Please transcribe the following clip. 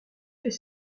fait